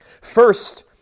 First